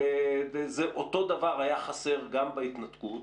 אותו דבר היה חסר גם בהתנתקות,